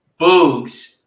Boogs